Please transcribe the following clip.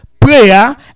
prayer